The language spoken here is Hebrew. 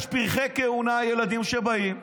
יש פרחי כהונה, ילדים שבאים.